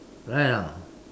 right or not